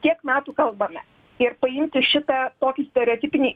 tiek metų kalbame ir paimti šitą tokį stereotipinį